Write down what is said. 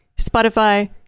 Spotify